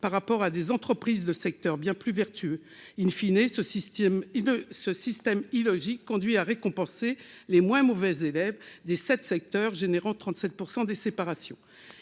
par rapport à ceux des entreprises de secteurs bien plus vertueux., ce système illogique conduit à récompenser les « moins mauvais élèves » des sept secteurs engendrant 37 % des séparations.